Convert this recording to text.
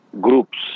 groups